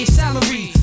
salary